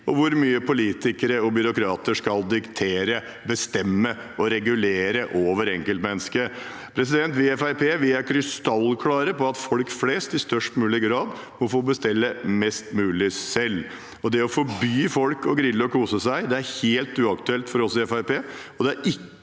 og hvor mye politikere og byråkrater skal diktere, bestemme og regulere over enkeltmennesket. Vi i Fremskrittspartiet er krystallklare på at folk flest i størst mulig grad må få bestemme mest mulig selv. Det å forby folk å grille og kose seg er helt uaktuelt for oss i